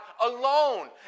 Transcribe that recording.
alone